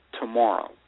tomorrow